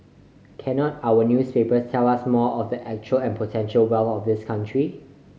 cannot our newspapers tell us more of the actual and potential wealth of this country